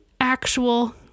actual